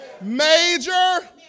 Major